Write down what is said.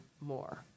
more